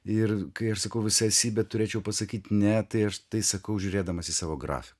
ir kai aš sakau visa esybe turėčiau pasakyti ne tai aš tai sakau žiūrėdamas į savo grafiką